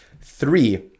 Three